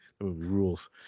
rules